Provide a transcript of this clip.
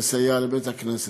לסייע לבית-הכנסת.